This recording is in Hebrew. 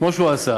כמו שהוא עשה,